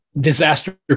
disaster